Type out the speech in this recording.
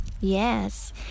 yes